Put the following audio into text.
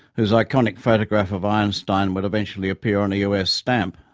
whose iconic photograph of einstein would eventually appear on a u. s. stamp.